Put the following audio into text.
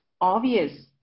obvious